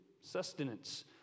sustenance